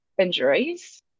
injuries